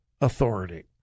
authority